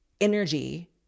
energy